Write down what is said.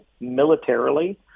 militarily